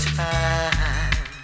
time